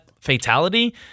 fatality